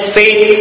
faith